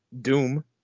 Doom